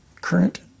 current